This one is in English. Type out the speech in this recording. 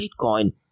Bitcoin